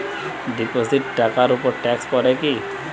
Deposit টাকার উপর tax পড়ে কি?